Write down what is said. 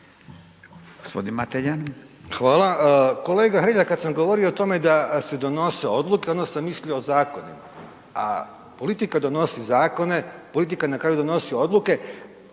Hvala. Kolega Hrelja, kad sam govorio o tome da se donose odluke onda sam mislio o zakonima, a politika donosi zakone, politika na kraju donosi odluke,